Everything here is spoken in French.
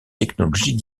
technologies